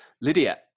Lydia